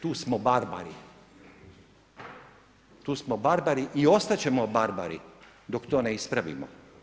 Tu smo barbari, tu smo barbari i ostat ćemo barbari dok to ne ispravimo.